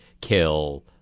kill